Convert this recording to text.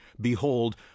Behold